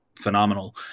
phenomenal